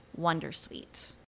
Wondersuite